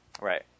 right